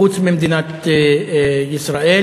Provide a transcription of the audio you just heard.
חוץ ממדינת ישראל.